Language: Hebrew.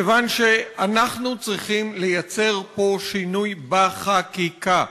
כיוון שאנחנו צריכים לייצר פה שינוי בחקיקה,